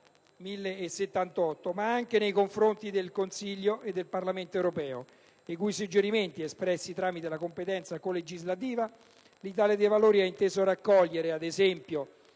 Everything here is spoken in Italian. ma anche nei confronti del Consiglio e del Parlamento europeo, i cui suggerimenti, espressi tramite la competenza co-legislativa, l'Italia dei Valori ha inteso raccogliere, ad esempio